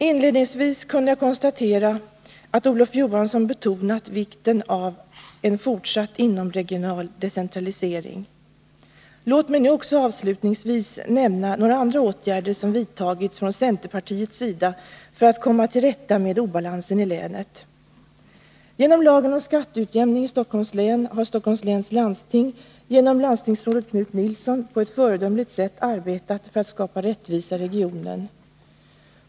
Inledningsvis kunde jag konstatera att Olof Johansson betonat vikten av en fortsatt inomregional decentralisering. Låt mig nu också avslutningsvis nämna några andra åtgärder som vidtagits från centerpartiets sida för att komma till rätta med obalansen i länet. I enlighet med lagen om skatteutjämning har Stockholms läns landsting genom landstingsrådet Knut Nilsson på ett föredömligt sätt arbetat för att skapa rättvisa i regionen.